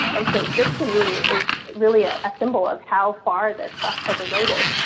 and so this, to me, is really a ah symbol of how far the trust has erroded,